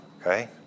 okay